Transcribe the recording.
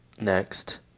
Next